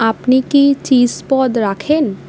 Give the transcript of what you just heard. আপনি কি চিজ পদ রাখেন